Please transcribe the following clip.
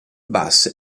bus